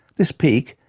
this peak,